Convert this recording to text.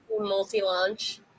multi-launch